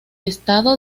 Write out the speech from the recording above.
estado